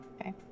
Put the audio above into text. okay